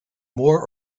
more